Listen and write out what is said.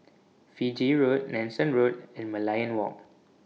Fiji Road Nanson Road and Merlion Walk